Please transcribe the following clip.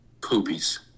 Poopies